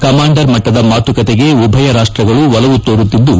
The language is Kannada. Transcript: ಕಮಾಂಡರ್ ಮಟ್ಟದ ಮಾತುಕತೆಗೆ ಉಭಯ ರಾಷ್ವಗಳು ಒಲವು ತೋರುತ್ತಿದ್ದು